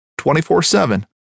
24-7